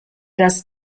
das